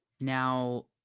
Now